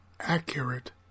accurate